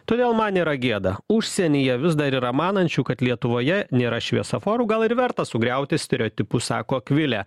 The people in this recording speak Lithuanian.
todėl man nėra gėda užsienyje vis dar yra manančių kad lietuvoje nėra šviesoforų gal ir verta sugriauti stereotipus sako akvilė